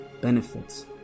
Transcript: benefits